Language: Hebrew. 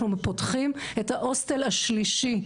אנחנו פותחים את ההוסטל השלישי,